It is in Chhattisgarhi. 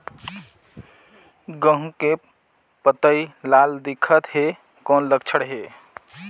गहूं के पतई लाल दिखत हे कौन लक्षण हे?